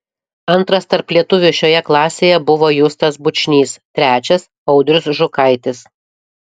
antras tarp lietuvių šioje klasėje buvo justas bučnys trečias audrius žukaitis